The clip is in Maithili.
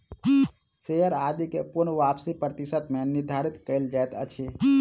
शेयर आदि के पूर्ण वापसी प्रतिशत मे निर्धारित कयल जाइत अछि